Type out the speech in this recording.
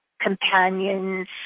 companions